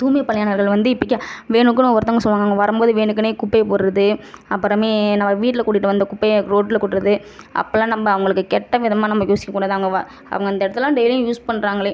தூய்மை பணியாளர்கள் வந்து இப்பக்கி வேணும்னு ஒருந்தவங்க செய்வாங்க அவங்க வரும்போது வேணும்னே குப்பையை போடுவது அப்புறமே நம்ம வீட்டில் கூட்டிட்டு வந்து குப்பைய ரோட்டில் கொட்டுறது அப்போலாம் நம்ம அவங்களுக்கு கெட்ட விதமாக நம்ம யோசிக்கக்கூடாது அவங்க வ அவங்க அந்த இடத்துல டெய்லியும் யூஸ் பண்ணுறாங்களே